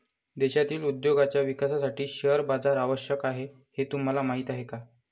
देशातील उद्योगांच्या विकासासाठी शेअर बाजार आवश्यक आहे हे तुम्हाला माहीत आहे का?